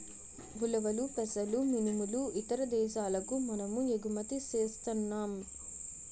ఉలవలు పెసలు మినుములు ఇతర దేశాలకు మనము ఎగుమతి సేస్తన్నాం